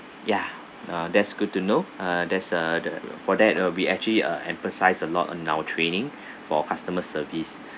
ya uh that's good to know uh there's uh the for that uh we actually uh emphasize a lot in our training for customer service